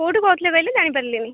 କୋଉଠୁ କହୁଥିଲେ କହିଲେ ଜାଣିପାରିଲିନି